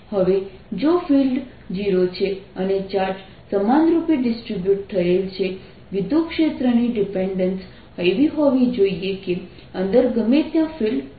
હવે જો ફિલ્ડ 0 છે અને ચાર્જ સમાનરૂપે ડિસ્ટ્રિબ્યૂટ થયેલ છે વિદ્યુતક્ષેત્રની ડિપેન્ડેન્સ એવી હોવી જોઈએ કે અંદર ગમે ત્યાં ફિલ્ડ 0 છે